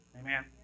Amen